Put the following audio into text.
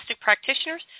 practitioners